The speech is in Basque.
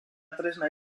tresna